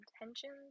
intentions